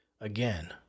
again